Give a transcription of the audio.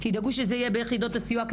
תדאגו שזה יהיה ביחידות הסיוע,